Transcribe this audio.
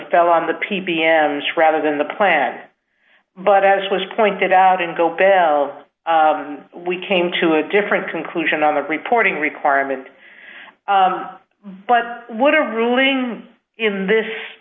fell on the p b m zf rather than the plan but as was pointed out and go bill we came to a different conclusion on the reporting requirement but what a ruling in this